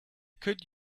could